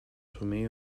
tomé